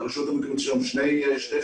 ברשות המקומית שתי אפשרויות,